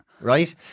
right